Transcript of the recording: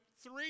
three